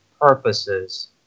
purposes